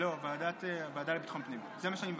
לא, לוועדה לביטחון הפנים, זה מה שאני מבקש.